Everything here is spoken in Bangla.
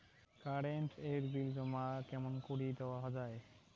কারেন্ট এর বিল জমা কেমন করি দেওয়া যায়?